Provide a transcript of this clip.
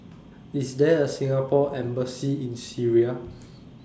IS There A Singapore Embassy in Syria